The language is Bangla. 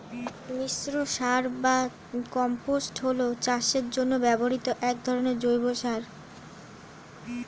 মিশ্র সার বা কম্পোস্ট হল চাষের জন্য ব্যবহৃত এক ধরনের জৈব সার